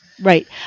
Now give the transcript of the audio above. right